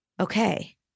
okay